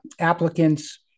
applicants